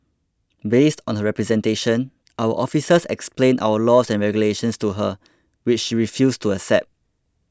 based on her representation our officers explained our laws and regulations to her which she refused to accept